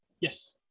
Yes